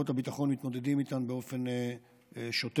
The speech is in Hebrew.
כוחות הביטחון מתמודדים איתן באופן שוטף,